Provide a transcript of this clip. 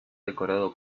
decorado